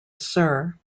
sur